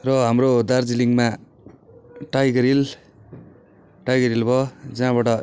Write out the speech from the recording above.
र हाम्रो दार्जिलिङमा टाइगर हिल टाइगर हिल भयो जहाँबाट